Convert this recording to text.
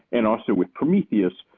and also with prometheus,